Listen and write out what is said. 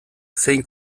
zein